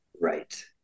Right